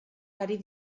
ari